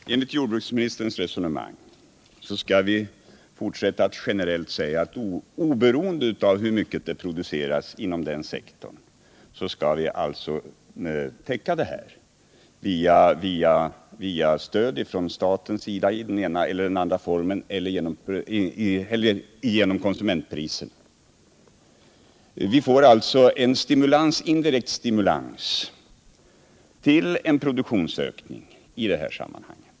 Herr talman! Enligt jordbruksministerns resonemang skall vi fortsätta att generellt säga att oberoende av hur mycket det produceras inom denna sektor skall vi alltså täcka överskottet via stöd från statens sida i den ena eller andra formen eller genom konsumentpriset. Vi får alltså en indirekt stimulans till en produktionsökning i det här sammanhanget.